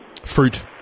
Fruit